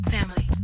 Family